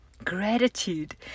gratitude